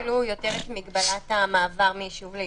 אפילו יותר את מגבלת המעבר מיישוב ליישוב.